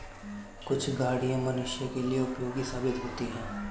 कुछ गाड़ियां मनुष्यों के लिए उपयोगी साबित होती हैं